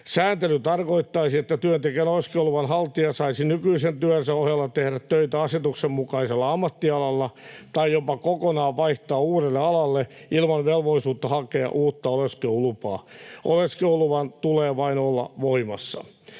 Sääntely tarkoittaisi, että työntekijän oleskeluluvan haltija saisi nykyisen työnsä ohella tehdä töitä asetuksen mukaisella ammattialalla tai jopa kokonaan vaihtaa uudelle alalle ilman velvollisuutta hakea uutta oleskelulupaa. Oleskeluluvan tulee vain olla voimassa.